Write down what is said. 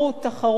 תחרות, תחרות.